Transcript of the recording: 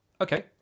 okay